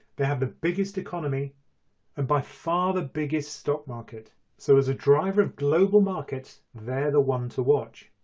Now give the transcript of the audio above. they have the biggest economy and by far the biggest stock market so as a driver of global markets they're the one to watch.